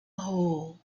hole